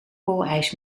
poolijs